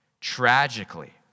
tragically